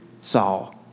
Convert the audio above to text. Saul